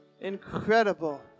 incredible